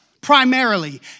primarily